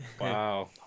Wow